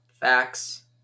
Facts